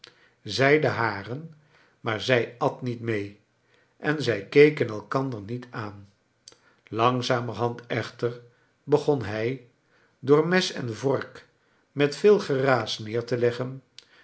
de hare maar zij at niet mee en zij keken elkander niet aan langzamerhand eohter begon hij door mes en vork met veel gcraas neer te leggen